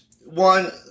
one